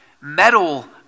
metal